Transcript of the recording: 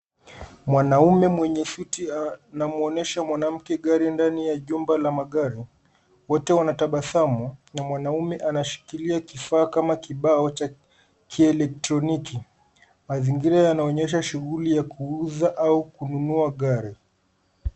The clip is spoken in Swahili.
Mwanaume mwenye suti anamwonyesha mwanamke gari ndani ya jumba la magari. Wote wanatabasamu na mwanaume anashikilia kifaa kama kibao cha kielektroniki. Mazingira yanaonyesha shughuli ya kuuza au kununua gari.